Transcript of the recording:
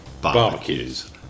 barbecues